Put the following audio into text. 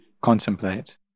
contemplate